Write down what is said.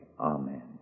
Amen